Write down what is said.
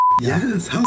Yes